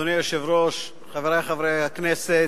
אדוני היושב-ראש, חברי חברי הכנסת,